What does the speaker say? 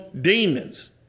demons